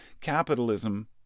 capitalism